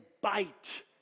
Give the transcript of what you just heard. bite